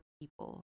people